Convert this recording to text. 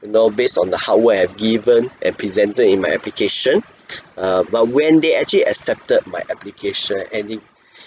you know based on the hardware I've given and presented in my application err but when they actually accepted my application and it